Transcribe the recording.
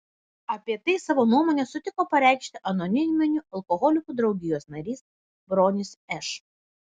apie tai savo nuomonę sutiko pareikšti anoniminių alkoholikų draugijos narys bronius š